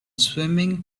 swimming